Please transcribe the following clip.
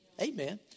Amen